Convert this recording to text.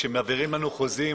כשמעבירים לנו חוזים,